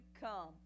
come